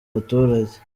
abaturage